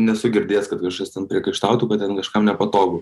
nesu girdėjęs kad kažkas ten priekaištautų kad ten kažkam nepatogu